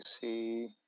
see